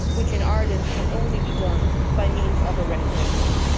which in ireland can only be done by means of a referendum.